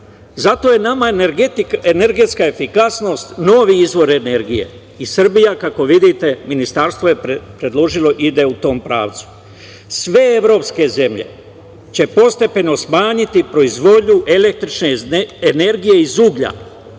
Zato je nama energetska efikasnost novi izvor energije i Srbija, kako vidite, Ministarstvo je predložilo i ide u tom pravcu. Sve evropske zemlje će postepeno smanjiti proizvodnju električne energije iz uglja,